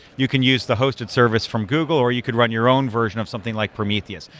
you can use the hosted service from google or you could run your own version of something like prometheus.